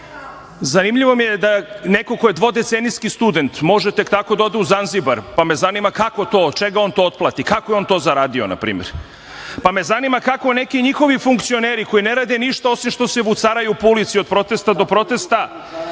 mi je da neko ko je dvodecenijski student može tek tako da ode u Zanzibar, pa me zanima kako to, od čega to otplati, kako je to on zaradio, na primer. Zanima me kako neki njihovi funkcioneri, koji ne rade ništa, osim što se vucaraju po ulici od protesta do protesta